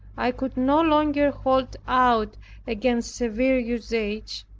i could no longer hold out against severe usage,